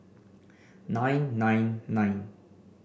nine nine nine